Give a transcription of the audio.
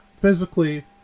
physically